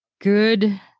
good